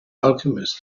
alchemist